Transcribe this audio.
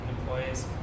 employees